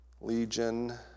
legion